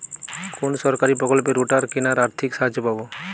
কোন সরকারী প্রকল্পে রোটার কেনার আর্থিক সাহায্য পাব?